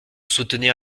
soutenir